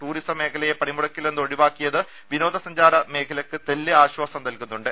tourism മേഖലയെ പണിമുടക്കിൽ നിന്ന് ഒഴിവാക്കിയത് വിനോദസഞ്ചാര മേഖലക്ക് തെല്ല് ആശ്വാസം നൽകുന്നുണ്ട്